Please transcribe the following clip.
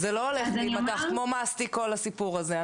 זה לא הולך להיפתח כמו מסטיק כל הסיפור הזה.